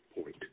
point